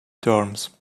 terms